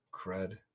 cred